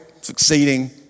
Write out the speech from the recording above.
succeeding